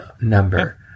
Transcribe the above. number